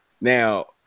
Now